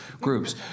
groups